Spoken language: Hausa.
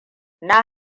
na